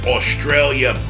Australia